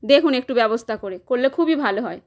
দেখুন একটু ব্যবস্থা করে করলে খুবই ভালো হয়